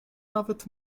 nawet